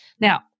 Now